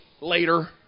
later